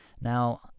Now